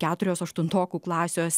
keturios aštuntokų klasės